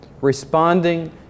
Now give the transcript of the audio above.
responding